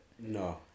No